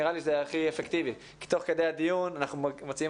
נראה לי שזה הכי אפקטיבי כי תוך כדי הדיון אנחנו מציעים